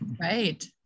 Right